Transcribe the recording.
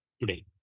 today